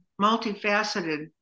multifaceted